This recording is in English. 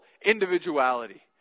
individuality